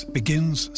begins